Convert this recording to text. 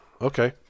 Okay